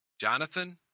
Jonathan